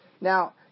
Now